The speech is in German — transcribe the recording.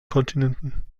kontinenten